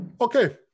Okay